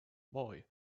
boy